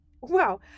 Wow